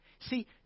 See